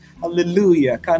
Hallelujah